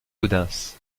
gaudens